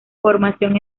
formación